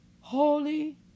Holy